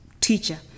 teacher